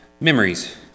memories